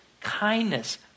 kindness